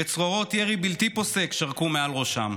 וצרורות ירי בלתי פוסק שרקו מעל ראשם.